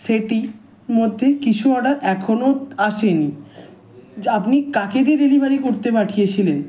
সেটির মধ্যে কিছু অর্ডার এখনও আসে নি যা আপনি কাকে দিয়ে ডেলিভারি করতে পাঠিয়েছিলেন